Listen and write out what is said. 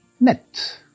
net